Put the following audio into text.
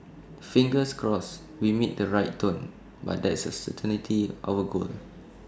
fingers crossed we meet the right tone but that's certainly our goal